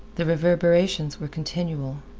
the reverberations were continual.